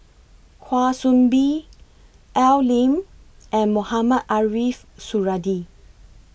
Kwa Soon Bee Al Lim and Mohamed Ariff Suradi